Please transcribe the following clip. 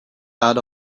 out